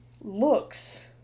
looks